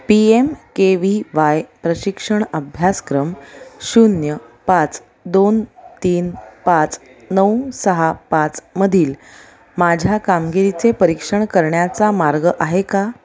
P M K V Y प्रशिक्षण अभ्यासक्रम शून्य पाच दोन तीन पाच नऊ सहा पाच मधील माझ्या कामगिरीचे परीक्षण करण्याचा मार्ग आहे का